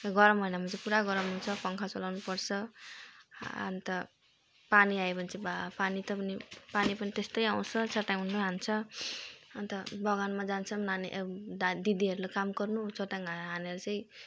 गरम महिनामा चाहिँ पुरा गरम हुन्छ पङ्खा चलाउनुपर्छ अनि त पानी आयो भने चाहिँ बा पानी त पानी पनि त्यस्तै आउँछ चट्ट्याङ नि हान्छ अनि त बगानमा जान्छौँ नानी दा दिदीहरूलाई काम गर्नु चट्ट्याङ हानेर चाहिँ